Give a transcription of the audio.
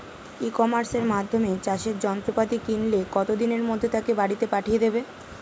ই কমার্সের মাধ্যমে চাষের যন্ত্রপাতি কিনলে কত দিনের মধ্যে তাকে বাড়ীতে পাঠিয়ে দেবে?